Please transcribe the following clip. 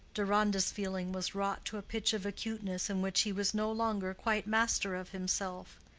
deronda's feeling was wrought to a pitch of acuteness in which he was no longer quite master of himself.